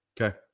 Okay